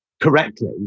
correctly